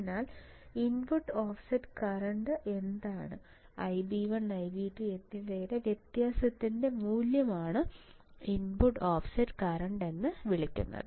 അതിനാൽ input offset current എന്താണ് IB 1 IB 2 എന്നിവയുടെ വ്യത്യാസത്തിന് എൻറെ മൂല്യമാണ് ഇൻപുട്ട് ഓഫ്സെറ്റ് കറന്റ് എന്ന് വിളിക്കുന്നത്